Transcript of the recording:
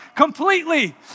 completely